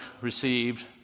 received